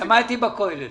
למדתי בכולל.